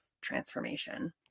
transformation